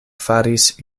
faris